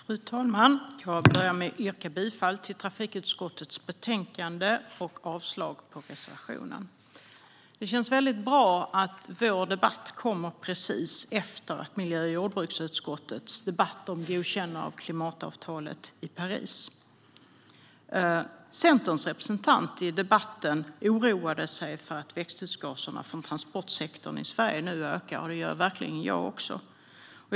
Fru talman! Jag börjar med att yrka bifall till utskottets förslag i trafikutskottets betänkande och avslag på reservationen. Det känner väldigt bra att vår debatt kommer precis efter miljö och jordbruksutskottets debatt om godkännande av klimatavtalet i Paris. Centerns representant i debatten oroade sig för att växthusgaserna från transportsektorn i Sverige nu ökar, och det gör verkligen jag också.